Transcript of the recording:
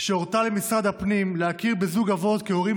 שהורתה למשרד הפנים להכיר בזוג אבות כהורים